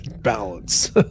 Balance